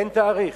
אין תאריך?